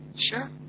sure